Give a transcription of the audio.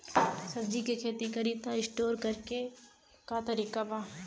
सब्जी के खेती करी त स्टोर करे के का तरीका बा?